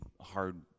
hard